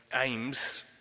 aims